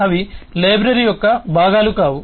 అవి లైబ్రరీ యొక్క భాగాలు కావు